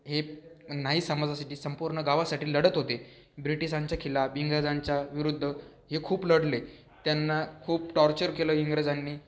हे न्हावी समाजासाठी संपूर्ण गावासाठी लढत होते ब्रिटिशांच्या खिलाफ इंग्रजांच्या विरुद्ध हे खूप लढले त्यांना खूप टॉर्चर केलं इंग्रजांनी